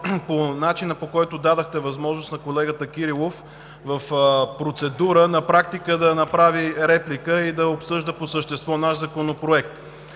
по начина, по който дадохте възможност на колегата Кирилов в процедура на практика да направи реплика и да обсъжда по същество наш законопроект.